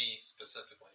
specifically